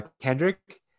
Kendrick